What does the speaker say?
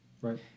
Right